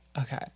Okay